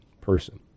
person